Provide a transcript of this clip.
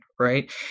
right